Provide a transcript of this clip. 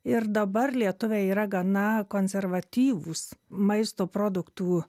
ir dabar lietuviai yra gana konservatyvūs maisto produktų